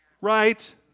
Right